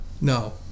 No